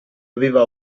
aveva